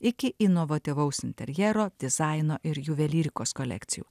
iki inovatyvaus interjero dizaino ir juvelyrikos kolekcijų